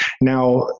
Now